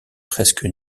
presque